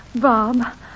Bob